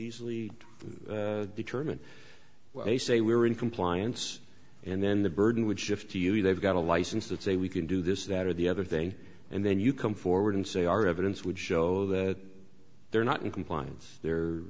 easily determine when they say we were in compliance and then the burden would shift to you they've got a license to say we can do this that or the other thing and then you come forward and say our evidence would show that they're not in compliance there